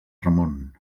ramon